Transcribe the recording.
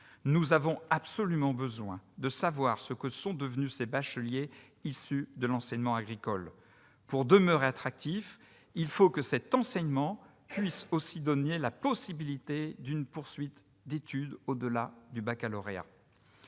Nous avons absolument besoin de savoir ce que sont devenus ces bacheliers issus de l'enseignement agricole. Pour demeurer attractif, il faut que cet enseignement offre la possibilité d'une poursuite d'études au-delà du baccalauréat.